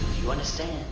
you understand?